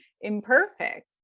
imperfect